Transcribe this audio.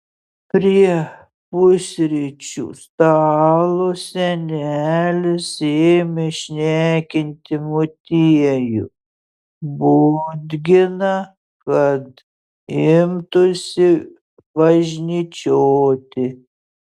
prie pusryčių stalo senelis ėmė šnekinti motiejų budginą kad imtųsi važnyčioti